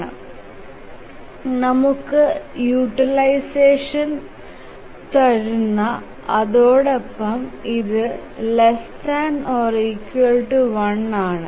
eiminpidi നമുക്ക് utilisation തരുന്നു അതോടൊപ്പം ഇത് 1 ആണ്